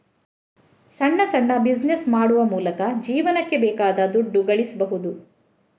ಸಣ್ಣ ಸಣ್ಣ ಬಿಸಿನೆಸ್ ಮಾಡುವ ಮೂಲಕ ಜೀವನಕ್ಕೆ ಬೇಕಾದ ದುಡ್ಡು ಗಳಿಸ್ಬಹುದು